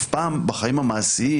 אף פעם בחיים המעשיים